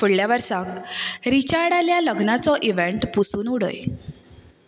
फुडल्या वर्साक रीचार्डाल्या लग्नाचो इवँट पुसून उडय